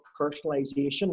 personalization